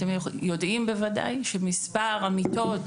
אתם בוודאי יודעים שמספר המיטות,